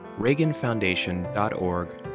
reaganfoundation.org